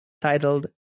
titled